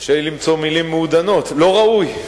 קשה לי למצוא מלים מעודנות, לא ראוי.